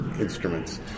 instruments